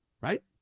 right